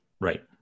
Right